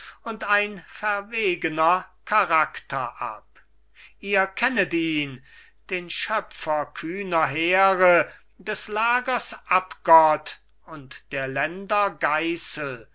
und ein verwegener charakter ab ihr kennet ihn den schöpfer kühner heere des lagers abgott und der länder geißel